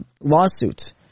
lawsuit